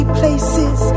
places